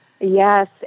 yes